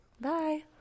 Bye